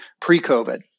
pre-COVID